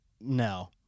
no